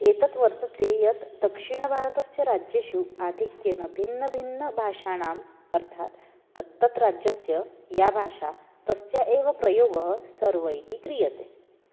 एतत् वर्तते यत् दक्षिणभारतस्य राज्येषु आधिक्येन भिन्नभिन्नभाषाणाम् अर्थात् तत्तत् राज्यस्य या भाषा तस्याः एव प्रयोगः सर्वैः क्रियते